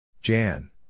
Jan